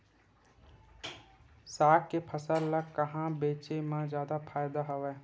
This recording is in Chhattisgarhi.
साग के फसल ल कहां बेचे म जादा फ़ायदा हवय?